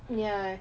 ya